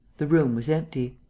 the room was empty.